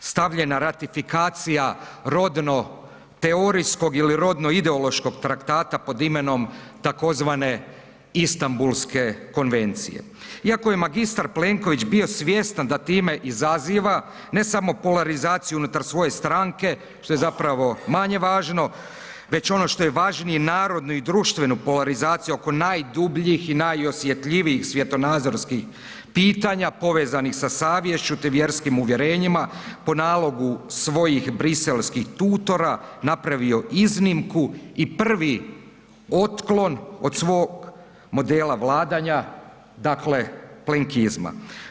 stavljena ratifikacija rodno-teorijskog ili rodno-ideološko traktata pod imenom tzv. Istanbulske konvencije iako je mr. Plenković bio svjestan da time izazova ne samo polarizaciju unutar svoje stranke, što je zapravo manje važno, već ono što je važnije, narodnu i društvenu polarizaciju oko najdubljih i najosjetljivijih svjetonazorskih pitanja povezanih sa savješću te vjerskim uvjerenjima po nalogu svojih briselskih tutora, napravio iznimku i prvi otklon od svog modela vladanja dakle plenkizma.